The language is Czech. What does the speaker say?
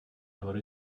hory